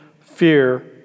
fear